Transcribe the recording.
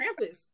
Krampus